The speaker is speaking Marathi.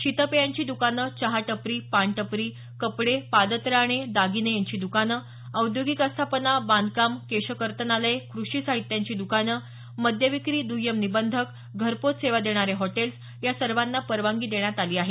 शीतपेयांची दुकानं चहा टपरी पान टपरी कपडे पादत्राणे दागिने यांची द्कानं औद्योगिक आस्थापना बांधकाम केशकर्तनालय कृषी साहित्यांची द्कानं मद्य विक्री द्य्यम निबंधक घरपोच सेवा देणारे हॉटेल्स या सर्वांना परवानगी देण्यात आली आहे